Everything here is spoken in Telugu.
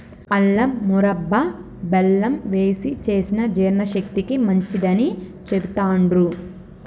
అల్లం మురబ్భ బెల్లం వేశి చేసిన జీర్ణశక్తికి మంచిదని చెబుతాండ్రు